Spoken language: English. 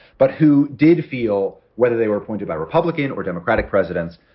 but who did feel whether they were appointed by republican or democratic presidents,